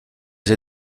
nous